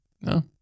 No